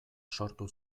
sortu